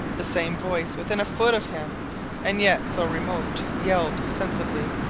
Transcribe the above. the same voice, within a foot of him and yet so remote, yelled sensibly,